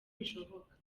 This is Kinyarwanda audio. bishoboka